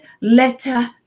letter